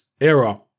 era